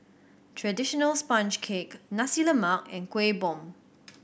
traditional sponge cake Nasi Lemak and Kuih Bom